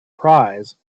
prize